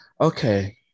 okay